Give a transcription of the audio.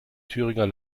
thüringer